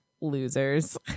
losers